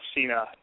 Cena